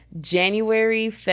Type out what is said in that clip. January